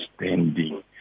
understanding